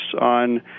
on